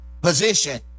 position